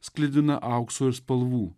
sklidina aukso ir spalvų